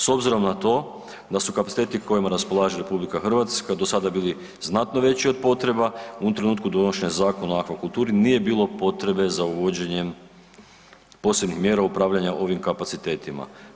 S obzirom na to da su kapaciteti kojima raspolaže RH do sada bili znatno veći od potreba, u ovom trenutku donošenja Zakona o akvakulturi nije bilo potrebe za uvođenjem posebnih mjera upravljanja ovim kapacitetima.